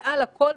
מעל לכול,